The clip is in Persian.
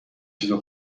چیزا